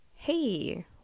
Hey